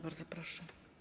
Bardzo proszę.